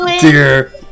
Dear